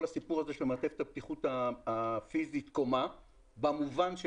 הסיפור הזה של מעטפת הבטיחות הפיזית במובן של